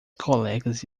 colegas